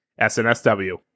SNSW